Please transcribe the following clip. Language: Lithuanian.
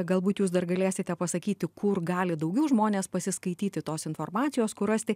galbūt jūs dar galėsite pasakyti kur gali daugiau žmonės pasiskaityti tos informacijos kur rasti